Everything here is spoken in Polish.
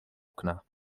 okna